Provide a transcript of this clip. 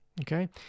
Okay